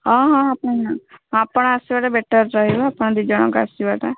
ହଁ ହଁ ଆପଣ ଆସିବାଟା ବେଟର୍ ରହିବ ଆପଣ ଦୁଇ ଜଣଙ୍କ ଆସିବାଟା